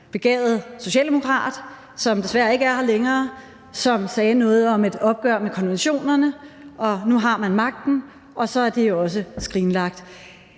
begavet socialdemokrat, som desværre ikke er her længere, der sagde noget om et opgør med konventionerne, og nu har man magten, og så er det også skrinlagt.